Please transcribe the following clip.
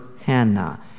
Hannah